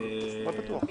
אהלן, מה קורה?